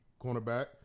cornerback